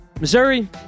Missouri